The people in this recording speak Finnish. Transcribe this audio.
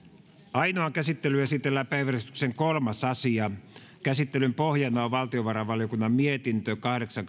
ainoaan käsittelyyn esitellään päiväjärjestyksen kolmas asia käsittelyn pohjana on valtiovarainvaliokunnan mietintö kahdeksan